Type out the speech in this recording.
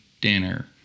dinner